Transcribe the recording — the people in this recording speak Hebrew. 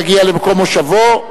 יגיע למקום מושבו,